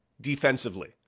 defensively